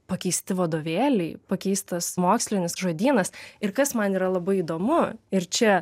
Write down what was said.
pakeisti vadovėliai pakeistas mokslinis žodynas ir kas man yra labai įdomu ir čia